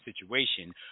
situation